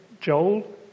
Joel